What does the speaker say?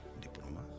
diploma